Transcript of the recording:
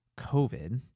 COVID